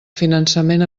finançament